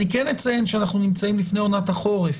אני כן אציין שאנחנו נמצאים לפני עונת החורף,